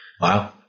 wow